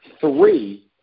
Three